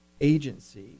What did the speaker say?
agency